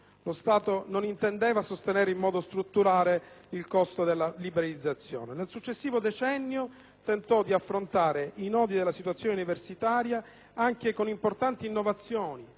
Lo Stato non intendeva sostenere in modo strutturale il costo della liberalizzazione. Nel successivo decennio 1980-'90 il DPR n. 382 del 1980, tentò di affrontare i nodi della situazione universitaria, anche con importanti innovazioni